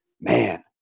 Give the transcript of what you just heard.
man